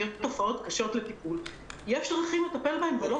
אם יהיו תופעות קשות לטיפול יש דרכים לטפל בהם ולא